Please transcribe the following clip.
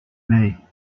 mee